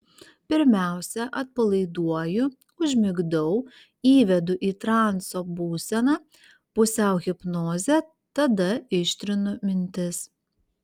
pirmiausia atpalaiduoju užmigdau įvedu į transo būseną pusiau hipnozę tada ištrinu mintis